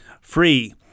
Free